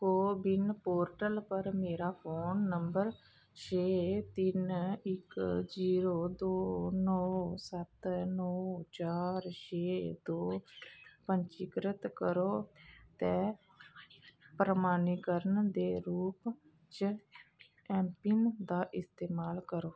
CoWIN portal पर मेरा phone नंबर छेऽ तिन्न इक जीरो दो नौ सत्त नौ चार छेऽ दो पंजीकृत करो ते प्रमाणिकरण दे रूप च एम पिन दा इस्तेमाल करो